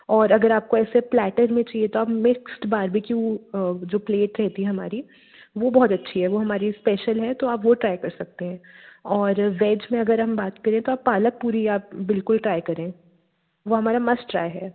और अगर आपको ऐसे प्लैटर में चाहिए तो आप मिक्स्ड बार्बिक्यू जो प्लेट रहती है हमारी वह बहुत अच्छी है वह हमारी स्पेशल है तो आप वह ट्राई कर सकते हैं और वेज में अगर हम बात करें तो आप पालक पुरी आप बिल्कुल ट्राई करें वह हमारा मस्ट ट्राई है